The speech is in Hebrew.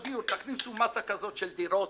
תכניסו מסה כזאת של דירות